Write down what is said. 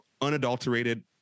unadulterated